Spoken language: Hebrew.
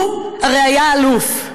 הוא הרי היה אלוף.